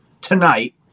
tonight